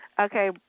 Okay